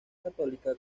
católica